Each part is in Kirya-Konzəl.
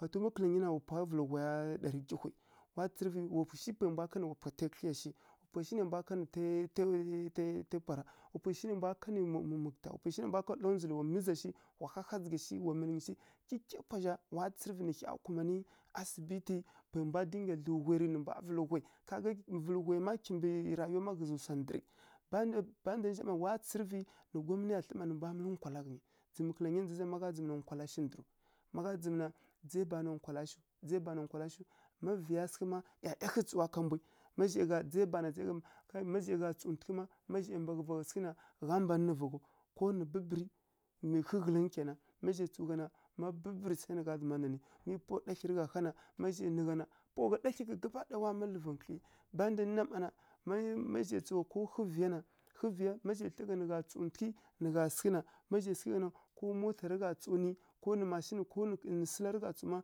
Wa to ma kǝla ghǝnyi na wa pwa vǝlǝ ghwaya ɗarǝ nggyihwi wa tsǝrǝvǝ wa pwai shi nai mbwa kanǝ wa pwa tai kǝdlyi ya shi, wa pwai shi nai mbwa kanǝ tai, tai, tai, tai pwara wa mu mukǝta shi, wa lǝw kondzǝl shi, wa miza shi, wa hahazǝgha shi, wa mirinyi shi, kyikya pwa zha wa tsǝrǝvǝ nǝ hya kumanǝ asibiti pwai mbwa dinga dlǝw ghwai rǝ pwa vǝlǝ ghwai ƙha gani vǝlǝ ghwi má kimbǝ rayiwa ghǝzǝ swa ndǝrǝ. Banda nja mma wa tsǝrǝvǝ nǝ gwamna thli nǝ nja mǝlǝ nkwala ka ghǝnyi. Dzǝmǝ kǝla ghǝnyi na ndza zǝ zha má nkwala shi ndǝrǝw, ma gha dzǝmǝ dzai bana nkwala shi, dzai bana nkwala shiw, dzai bana nkwal shiw, ma vǝya sǝghǝ mma ˈyaˈyahǝi tsǝwa ka mbwi, ma zhai gha dzai bana kai ma zhai tsǝw ntughǝ ma zhai gha mbaghǝvǝ gha sǝghǝ na gha mban nǝ vǝghaw. Ko nǝ ɓǝrǝ hǝghǝlǝngǝ kyai na, ma zhai tsǝw gha na ma ɓǝrǝ sai nǝ gha zǝma nanǝ mi pawa ɗathlyi rǝ gha há na ma zhai nǝ gha na pawa ɗathlya-ɗathlya gab ɗaya ma wa mǝlǝvǝ nkǝdlyi. Banda na mma na, ma zhai tsǝw gha ko hǝvǝya na, hǝvǝya ma zhai thlǝ gha nǝ gha tsǝw ntughǝ nǝ gha sǝghǝ na, ma zhai sǝghǝ gha na, ko mota rǝ gha tsǝw nǝ ko nǝ mashinǝ ko nǝ sǝla rǝ gha tsǝw mma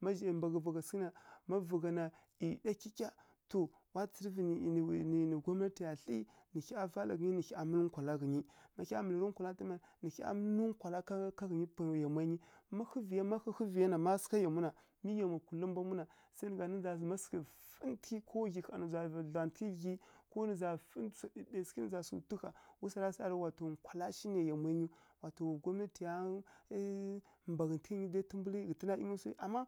ma zhai sǝgha rǝ gha tsǝw má ma zhai mbaghǝvǝ gha sǝghǝ na, má vǝ gha na ɗya kyikya. To wa tsǝrǝvǝ nǝ, nǝ, nǝ gwamna tiya thli, nǝ hya vala ghǝnyi nǝ hy mǝlǝ nkwala ghǝnyi. Má hya mǝlairǝ nkwala ká ghǝnyi pwai yamwa nyi ma hǝvǝya na ma hǝvǝya ma sǝgha yamwu na mi yamwa kulu rǝ mbwa mwi na sai gha nanǝ nǝ sǝghǝ zǝma sǝghǝ fǝntǝghǝ ko ghyi gha nǝ za zǝma sǝghǝ dlǝw dlantǝghǝ ghyi nǝ za wu swara sa rǝ wa to nkwala shi nai yamwa nyiw wa to wa gwamnatiya mbaghǝntǝghǝ ghǝnyi dzai ntughǝ ghǝtǝna ˈyighaw swu ama.